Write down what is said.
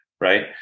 right